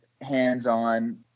hands-on